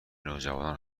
نوجوانان